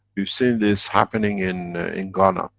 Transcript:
we've seen this happening in in ghana.